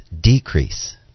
decrease